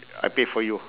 I pay for you